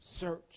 search